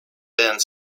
band